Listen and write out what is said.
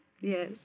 Yes